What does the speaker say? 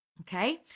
Okay